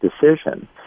decision